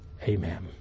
amen